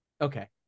okay